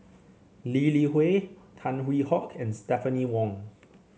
Lee Li Hui Tan Hwee Hock and Stephanie Wong